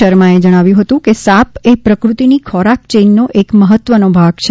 શર્માએ જણાવ્યું હતું કે સાપ એપ્રકૃતિની ખોરાક ચેઇનનો એક મહત્વનો ભાગ છે